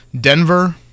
Denver